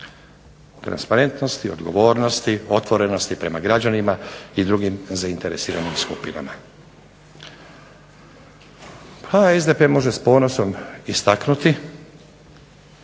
Transparentnosti, odgovornosti i otvorenosti prema građanima i drugim zainteresiranim skupinama. Sdp može s ponosom istaknuti